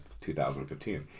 2015